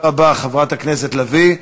חברת הכנסת לביא.